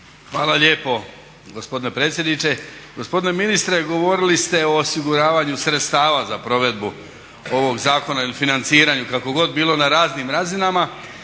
Hvala lijepo gospodine predsjedniče. Gospodine ministre govorili ste o osiguravanju sredstava za provedbu ovog zakona ili financiranju kako god bilo na raznim razinama.